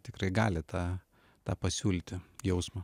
tikrai gali tą tą pasiūlyti jausmą